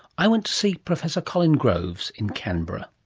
i went to see professor colin groves in canberra.